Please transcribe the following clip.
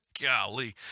Golly